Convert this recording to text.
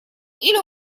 или